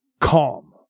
calm